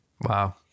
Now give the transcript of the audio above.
wow